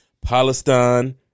Palestine